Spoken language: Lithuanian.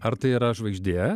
ar tai yra žvaigždė